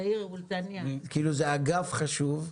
זה אגף חשוב,